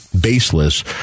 baseless